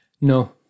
no